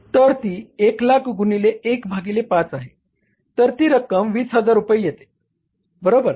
तर ती 100000 गुणिले 1 भागिले 5 आहे तर ती रक्कम 20000 रुपये येते बरोबर